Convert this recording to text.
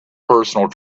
personal